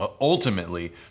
ultimately